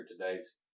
today's